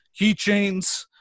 keychains